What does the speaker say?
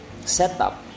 setup